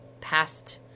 past